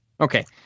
Okay